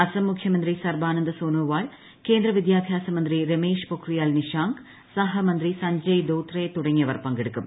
അസം മുഖ്യമന്ത്രി സർബാനന്ദ സോനോവാൾ കേന്ദ്ര വിദ്യാഭ്യാസ മന്ത്രി രമേഷ് പ്രൊഖ്രിയാൽ നിഷാങ്ക് സഹമന്ത്രി സഞ്ജയ് ദോത്രെ തുടങ്ങിയവർ പങ്കെടുക്കും